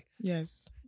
Yes